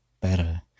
better